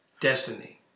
Destiny